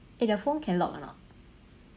eh the phone can lock or not